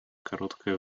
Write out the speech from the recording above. короткое